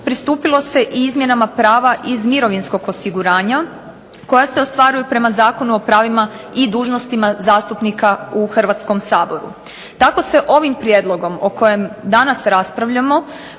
pristupilo se i izmjenama prava iz mirovinskog osiguranja koja se ostvaruju prema Zakonu o pravima i dužnostima zastupnika u Hrvatskom saboru. Tako se ovim prijedlogom o kojem danas raspravljamo